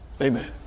Amen